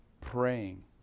praying